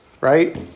right